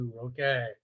Okay